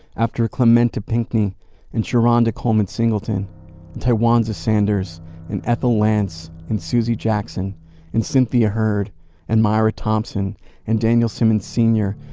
after clementa pinckney and sharonda coleman-singleton and tywanza sanders and ethel lance and susie jackson and cynthia hurd and myra thompson and daniel simmons sr.